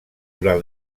durant